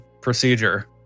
procedure